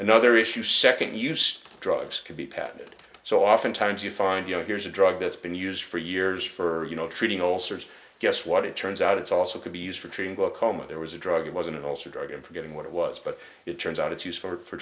another issue second use drugs could be patented so oftentimes you find you know here's a drug that's been used for years for you know treating all sorts guess what it turns out it's also could be used for treating well coma there was a drug it wasn't also a drug in forgetting what it was but it turns out it's used for